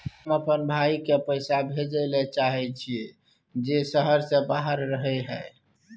हम अपन भाई के पैसा भेजय ले चाहय छियै जे शहर से बाहर रहय हय